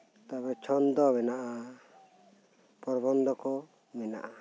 ᱛᱟᱯᱚᱨ ᱪᱷᱚᱱᱫᱚ ᱢᱮᱱᱟᱜᱼᱟ ᱯᱨᱚᱵᱚᱱᱫᱷᱚᱠᱩ ᱢᱮᱱᱟᱜᱼᱟ